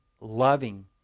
loving